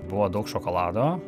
buvo daug šokolado